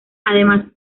además